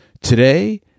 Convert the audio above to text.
Today